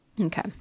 Okay